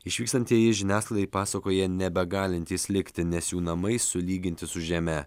išvykstantieji žiniasklaidai pasakoja nebegalintys likti nes jų namai sulyginti su žeme